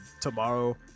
tomorrow